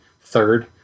third